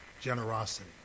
generosity